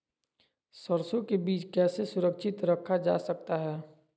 सरसो के बीज कैसे सुरक्षित रखा जा सकता है?